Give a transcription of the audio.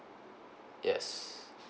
yes